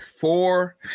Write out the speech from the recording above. four